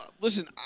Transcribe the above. listen